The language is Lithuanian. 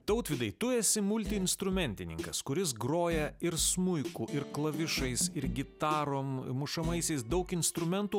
tautvydai tu esi multiinstrumentininkas kuris groja ir smuiku ir klavišais ir gitarom mušamaisiais daug instrumentų